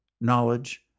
knowledge